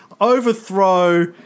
overthrow –